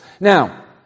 Now